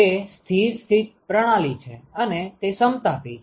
તે સ્થિર સ્થિત પ્રણાલી છે અને તે સમતાપી છે